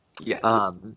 Yes